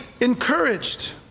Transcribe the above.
encouraged